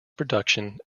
production